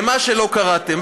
לְמה שלא קראתם,